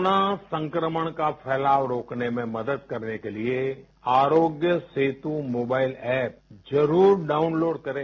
corona संक्रमण का फैलाव रोकने में मदद करने के लिए अरोग्य सेतु मोबाइल ऐप जरूर डाउनलोड करें